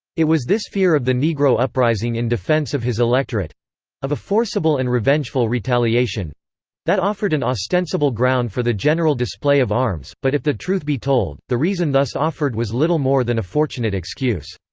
it was this fear of the negro uprising in defence of his electorate of a forcible and revengeful retaliation that offered an ostensible ground for the general display of arms but if the truth be told, the reason thus offered was little more than a fortunate excuse.